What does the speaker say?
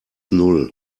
null